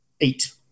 Eight